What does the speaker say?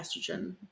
estrogen